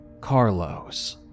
Carlos